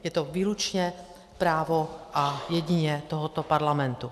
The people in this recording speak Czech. Je to výlučně právo jedině tohoto parlamentu.